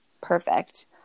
Perfect